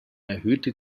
erhöhte